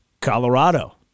Colorado